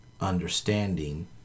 understanding